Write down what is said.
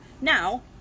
Now